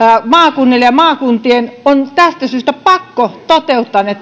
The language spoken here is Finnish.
maakunnille ja maakuntien on tästä syystä pakko toteuttaa ne